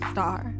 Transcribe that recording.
Star